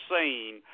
seen